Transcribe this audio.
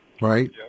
Right